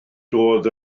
doedd